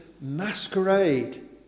masquerade